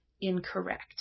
incorrect